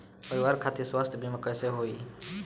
परिवार खातिर स्वास्थ्य बीमा कैसे होई?